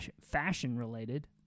fashion-related